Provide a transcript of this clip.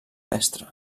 mestre